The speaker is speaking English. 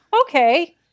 Okay